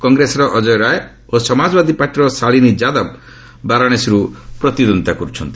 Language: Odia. କଂଗ୍ରେସର ଅଜୟ ରାୟ ଓ ସମାଜବାଦୀ ପାର୍ଟିର ଶାଳିନୀ ଯାଦବ ବାରାଣସୀର୍ ପ୍ରତିଦ୍ୱନ୍ଦ୍ୱିତା କରୁଛନ୍ତି